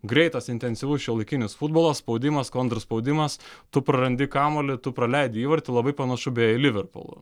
greitas intensyvus šiuolaikinis futbolas spaudimas kontraspaudimas tu prarandi kamuolį tu praleidi įvartį labai panašu beje į liverpul